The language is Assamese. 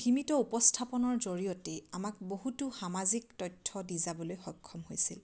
সীমিত উপস্থাপনৰ জৰিয়তে আমাক বহুতো সামাজিক তথ্য দি যাবলৈ সক্ষম হৈছিল